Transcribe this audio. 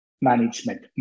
management